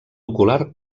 ocular